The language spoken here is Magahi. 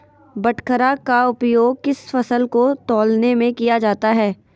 बाटखरा का उपयोग किस फसल को तौलने में किया जाता है?